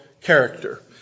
character